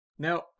Now